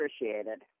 appreciated